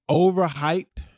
overhyped